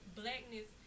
blackness